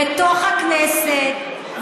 בתוך הכנסת,